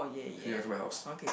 then you want come my house